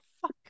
fuck